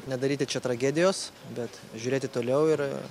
nedaryti čia tragedijos bet žiūrėti toliau ir